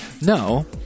No